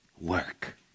work